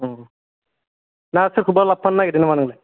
ना सोरखौबा लाबोफानो नागिरदों नामा नोंलाय